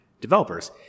developers